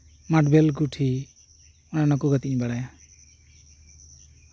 marble ᱜᱩᱴᱷᱤ ᱚᱱᱮ ᱚᱱᱟ ᱠᱚ ᱜᱟᱛᱮᱜ ᱤᱧ ᱵᱟᱲᱟᱭᱟ